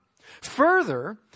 Further